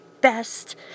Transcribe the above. best